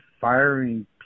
firing